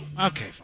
Okay